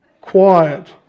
quiet